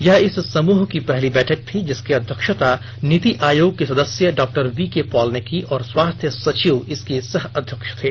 यह इस समूह की पहली बैठक थी जिसकी अध्यक्षता नीति आयोग के सदस्य डॉक्टर वीके पॉल ने की और स्वास्थ्य सचिव इसके सह अध्यक्ष थे